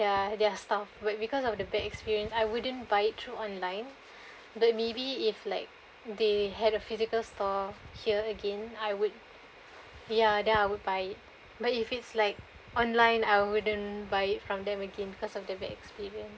their their stuff but because of the bad experience I wouldn't buy through online but maybe if like they had a physical store here again I would ya then I would buy it but if it's like online I wouldn't buy it from them again because of the bad experience